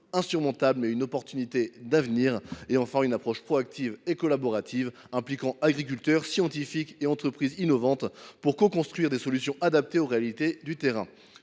insurmontable, mais une opportunité d’avenir, une approche proactive et collaborative impliquant agriculteurs, scientifiques et entreprises innovantes pour coconstruire des solutions adaptées aux réalités du terrain.